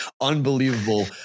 Unbelievable